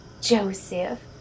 Joseph